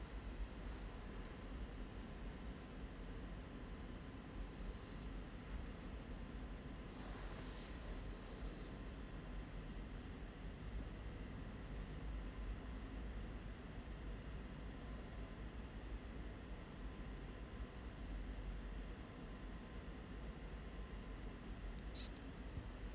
uh